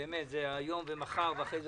זה היום ומחר ואחרי כן